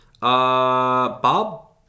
Bob